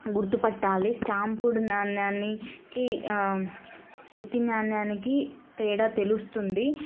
గుర్తుపట్టాలి స్టాంపుడు నాణ్యాని కి ఉత్తి నాణ్యానికి తేడా తెలుస్తుంది